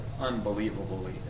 unbelievably